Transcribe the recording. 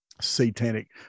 satanic